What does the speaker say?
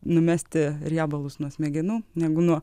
numesti riebalus nuo smegenų negu nuo